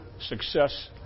success